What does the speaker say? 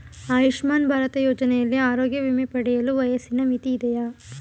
ಆಯುಷ್ಮಾನ್ ಭಾರತ್ ಯೋಜನೆಯಲ್ಲಿ ಆರೋಗ್ಯ ವಿಮೆ ಪಡೆಯಲು ವಯಸ್ಸಿನ ಮಿತಿ ಇದೆಯಾ?